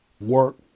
work